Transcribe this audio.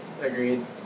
Agreed